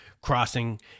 crossing